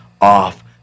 off